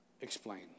Explain